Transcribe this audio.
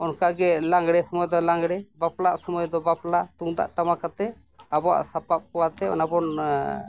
ᱚᱱᱠᱟᱜᱮ ᱞᱟᱜᱽᱲᱮ ᱥᱚᱢᱚᱭ ᱫᱚ ᱞᱟᱜᱽᱲᱮ ᱵᱟᱯᱞᱟᱜ ᱥᱚᱢᱚᱭ ᱫᱚ ᱵᱟᱯᱞᱟ ᱛᱩᱢᱫᱟᱹᱜ ᱴᱟᱢᱟᱠ ᱟᱛᱮᱫ ᱟᱵᱚᱣᱟᱜ ᱥᱟᱯᱟᱯ ᱠᱚ ᱟᱛᱮᱫ ᱚᱱᱟᱵᱚᱱ